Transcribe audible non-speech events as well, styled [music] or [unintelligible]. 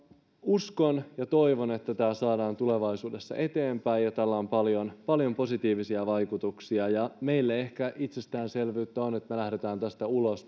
uskon ja toivon että tämä saadaan tulevaisuudessa eteenpäin tällä on paljon positiivisia vaikutuksia meille ehkä itsestäänselvyyttä on että me lähdemme tästä ulos [unintelligible]